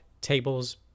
tables